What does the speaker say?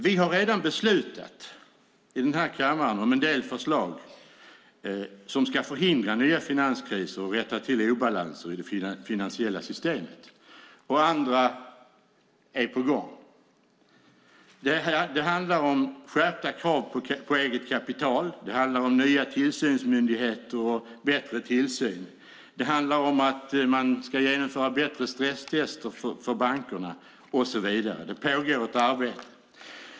Vi har i denna kammare redan beslutat om en del förslag som ska förhindra nya finanskriser och rätta till obalanser i det finansiella systemet. Och andra är på gång. Det handlar om skärpta krav på eget kapital. Det handlar om nya tillsynsmyndigheter och bättre tillsyn. Det handlar om att genomföra bättre stresstester för bankerna och så vidare. Det pågår ett arbete.